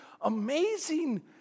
amazing